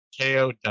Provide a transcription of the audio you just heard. Ko